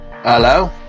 Hello